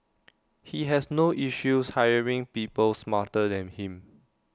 he has no issues hiring people smarter than him